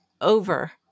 over